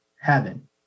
heaven